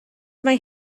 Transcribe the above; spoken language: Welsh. mae